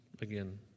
again